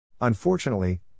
Unfortunately